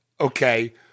Okay